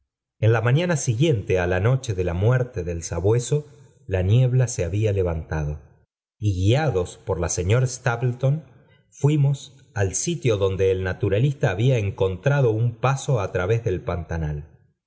en la mañana siguiente á la noche de h muerte del sabueso la niebla se había levantad guiados por la señora stapleton fttin i al alio donde el naturalista había encontrad m puno u través del pantanal